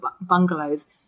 bungalows